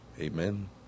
Amen